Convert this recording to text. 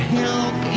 help